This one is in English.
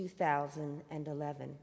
2011